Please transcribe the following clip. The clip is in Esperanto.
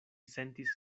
sentis